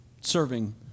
serving